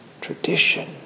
tradition